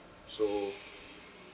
so